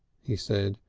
he said,